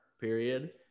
period